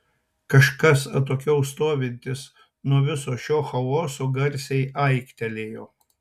kažkas atokiau stovintis nuo viso šio chaoso garsiai aiktelėjo